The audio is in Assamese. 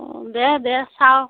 অ' দে দে চাওঁ